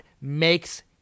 makes